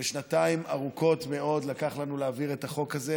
ושנתיים ארוכות מאוד לקח לנו להעביר את החוק הזה,